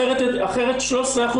אחרת 13%